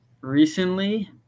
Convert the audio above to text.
Recently